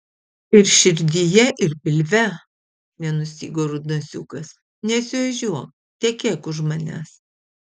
ir širdyje ir pilve nenustygo rudnosiukas nesiožiuok tekėk už manęs